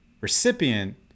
recipient